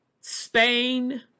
Spain